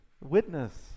Witness